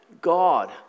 God